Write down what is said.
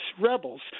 rebels